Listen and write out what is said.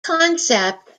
concept